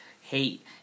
hate